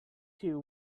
two